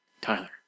Tyler